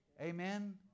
Amen